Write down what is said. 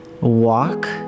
walk